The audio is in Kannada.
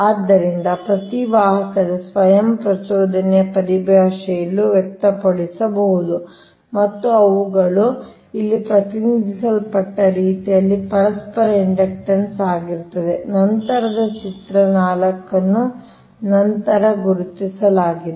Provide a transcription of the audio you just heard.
ಆದ್ದರಿಂದ ಪ್ರತಿ ವಾಹಕದ ಸ್ವಯಂ ಪ್ರಚೋದನೆಯ ಪರಿಭಾಷೆಯಲ್ಲಿಯೂ ವ್ಯಕ್ತಪಡಿಸಬಹುದು ಮತ್ತು ಅವುಗಳು ಇಲ್ಲಿ ಪ್ರತಿನಿಧಿಸಲ್ಪಟ್ಟ ರೀತಿಯಲ್ಲಿ ಪರಸ್ಪರ ಇಂಡಕ್ಟನ್ಸ್ ಆಗಿರುತ್ತವೆ ನಂತರದ ಚಿತ್ರ 4 ಅನ್ನು ನಂತರ ಗುರುತಿಸಲಾಗಿದೆ